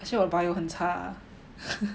actually 我 bio 很差